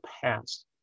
past